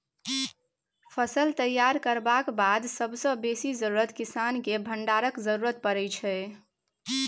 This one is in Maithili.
फसल तैयार करबाक बाद सबसँ बेसी जरुरत किसानकेँ भंडारणक जरुरत परै छै